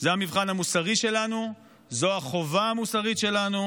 זה המבחן המוסרי שלנו, זו החובה המוסרית שלנו